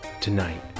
Tonight